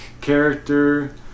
character